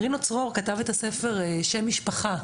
רינו צרור כתב את הספר 'שם משפחה',